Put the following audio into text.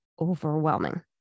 overwhelming